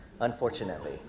Unfortunately